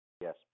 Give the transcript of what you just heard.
Yes